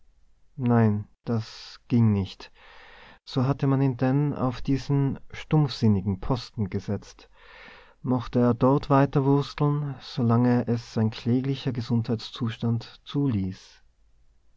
nein das ging nicht so hatte man ihn denn auf diesen stumpfsinnigen posten gesetzt mochte er dort weiterwursteln solange es sein kläglicher gesundheitszustand zuließ